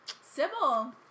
Sybil